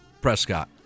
Prescott